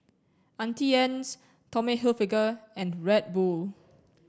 Auntie Anne's Tommy Hilfiger and Red Bull